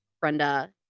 brenda